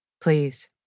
Please